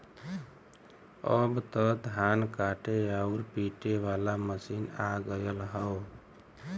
अब त धान काटे आउर पिटे वाला मशीन आ गयल हौ